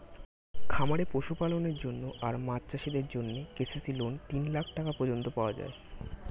খামারে পশুপালনের জন্য আর মাছ চাষিদের জন্যে কে.সি.সি লোন তিন লাখ টাকা পর্যন্ত পাওয়া যায়